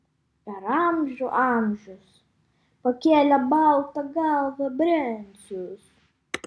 per amžių amžius pakėlė baltą galvą brencius